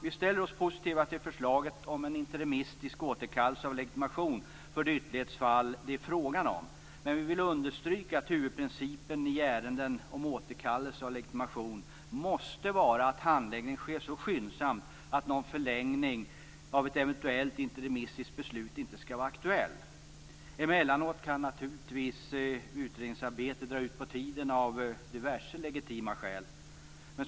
Vi ställer oss positiva till förslaget om interimistisk återkallelse av legitimation för de ytterlighetsfall som det är fråga om men vi vill understryka att huvudprincipen i ärenden om återkallelse av legitimation måste vara att handläggningen sker så skyndsamt att någon förlängning av ett eventuellt interimistiskt beslut inte skall vara aktuell. Emellanåt kan naturligtvis utredningsarbetet av diverse legitima skäl dra ut på tiden.